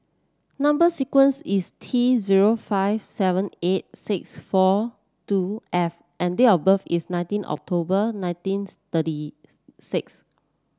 number sequence is T zero five seven eight six four two F and date of birth is nineteen October nineteen thirty six